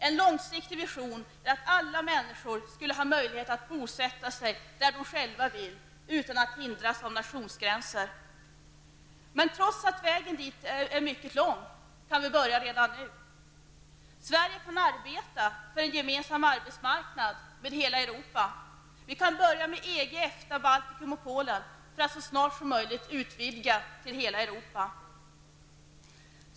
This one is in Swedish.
En långsiktig vision är att alla människor skulle ha möjlighet att bosätta sig där de själva vill utan att hindras av nationsgränser. Trots att vägen dit är mycket lång kan vi börja redan nu. Sverige kan arbeta för en gemensam arbetsmarknad med hela Europa. Vi kan börja med EG, EFTA, Baltikum och Polen för att så snart som möjligt utvidga det till hela Europa.